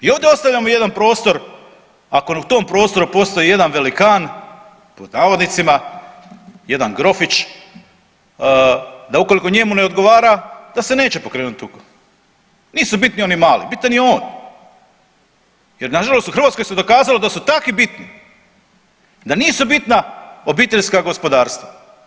I ovdje ostavljamo jedan prostor, ako u tom prostoru postoji jedan velikan pod navodnicima, jedan grofić, da ukoliko njemu ne odgovara da se neće pokrenuti … nisu bitni oni mali, bitan je on jer nažalost u Hrvatskoj se dokazalo da su takvi bitni, da nisu bitna obiteljska gospodarstva.